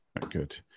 Good